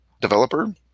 developer